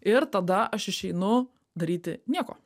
ir tada aš išeinu daryti nieko